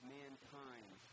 mankind